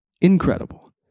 incredible